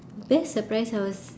best surprise I was